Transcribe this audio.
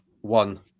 one